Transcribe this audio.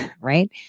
right